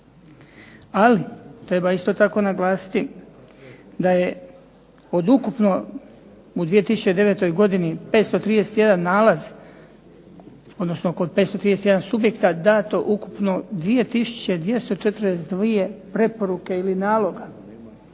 Ali isto tako treba naglasiti da je od ukupno u 2009. godini 531 nalaz odnosno oko 531 subjekta dato ukupno 2 tisuće 242 preporuke ili naloga,